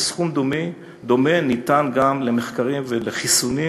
וסכום דומה ניתן גם למחקרים ולחיסונים